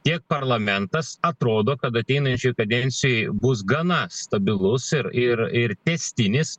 tiek parlamentas atrodo kad ateinančioj kadencijoj bus gana stabilus ir ir ir tęstinis